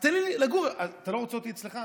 אז תן לי לגור, אתה לא רוצה אותי אצלך?